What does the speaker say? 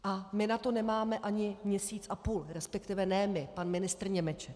A my na to nemáme ani měsíc a půl, resp. ne my, pan ministr Němeček.